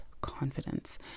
confidence